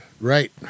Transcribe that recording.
right